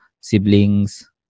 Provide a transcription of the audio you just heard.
siblings